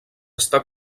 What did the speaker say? està